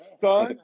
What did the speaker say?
son